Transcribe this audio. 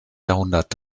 jahrhundert